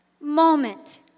moment